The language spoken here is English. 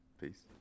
peace